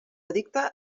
edicte